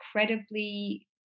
incredibly